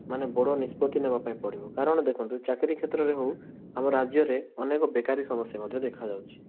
ମାନେ ବଡ଼ ନିଷ୍ପତି ନେବା ପାଇଁ ପଡ଼ିବ କାରଣ ଦେଖନ୍ତୁ ଚାକିରୀ କ୍ଷେତ୍ରରେ ହେଉ ଆମ ରାଜ୍ୟରେ ଅନେକ ବେକାରୀ ସମସ୍ୟା ମଧ୍ୟ ଦେଖା ଯାଉଛି